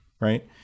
right